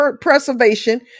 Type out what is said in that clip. preservation